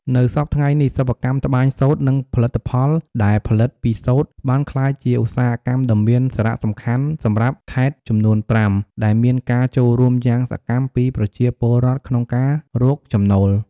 នៅសព្វថ្ងៃនេះ សិប្បកម្មត្បាញសូត្រ និងផលិតផលដែលផលិតពីសូត្របានក្លាយជាឧស្សាហកម្មដ៏មានសារៈសំខាន់សម្រាប់ខេត្តចំនួនប្រាំ ដែលមានការចូលរួមយ៉ាងសកម្មពីប្រជាពលរដ្ឋក្នុងការរកចំណូល។